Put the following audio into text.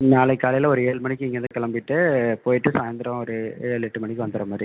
நாளைக்கு காலையில் ஒரு ஏழு மணிக்கு இங்கேருந்து கிளம்பிட்டு போய்விட்டு சாய்ந்தரம் ஒரு ஏழு எட்டு மணிக்கு வந்துடுற மாதிரி